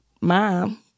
mom